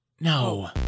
No